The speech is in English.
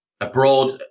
Abroad